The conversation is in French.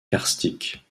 karstique